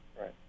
Right